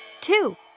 two